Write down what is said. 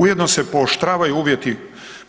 Ujedno se pooštravaju uvjeti